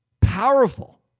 powerful